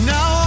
Now